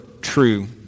true